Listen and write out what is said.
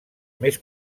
més